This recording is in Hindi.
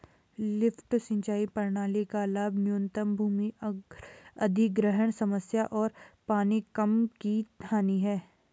लिफ्ट सिंचाई प्रणाली का लाभ न्यूनतम भूमि अधिग्रहण समस्या और कम पानी की हानि है